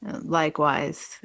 Likewise